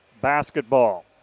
Basketball